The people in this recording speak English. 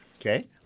Okay